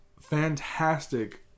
fantastic